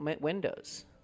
Windows